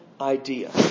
idea